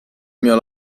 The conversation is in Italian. mio